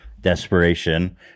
desperation